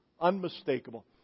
Unmistakable